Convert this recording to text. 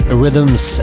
rhythms